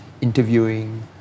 interviewing